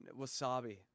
Wasabi